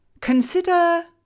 Consider